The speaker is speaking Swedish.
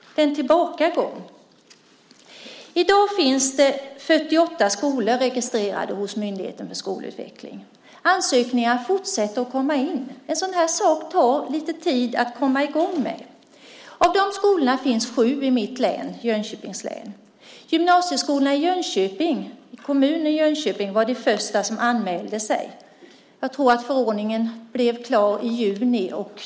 Det är en tillbakagång. I dag finns 48 skolor registrerade hos Myndigheten för skolutveckling. Ansökningar fortsätter att komma in. En sådan här sak tar det lite tid att komma i gång med. Av de här skolorna finns sju i mitt län, Jönköpings län. Gymnasieskolorna i Jönköpings kommun var de första som anmälde sig. Jag tror att förordningen blev klar i juni.